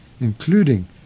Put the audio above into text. including